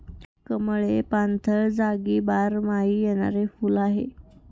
कमळ हे पाणथळ जागी बारमाही येणारे फुल आहे